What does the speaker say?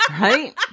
right